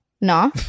Nah